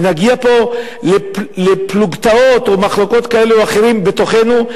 ונגיע פה לפלוגתות או מחלוקות כאלה או אחרות בתוכנו,